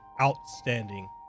outstanding